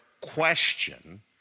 question